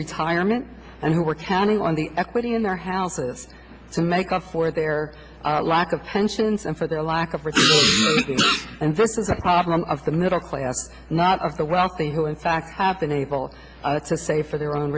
retirement and who are counting on the equity in their houses to make up for their lack of pensions and for their lack of return and that's is the problem of the middle class not of the wealthy who in fact have been able to save for their own